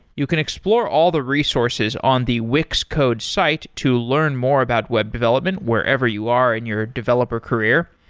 you can explore all the resources on the wix code's site to learn more about web development wherever you are in your developer career.